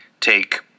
Take